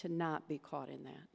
to not be caught in that